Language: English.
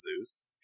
Zeus